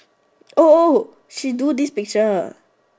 she do this picture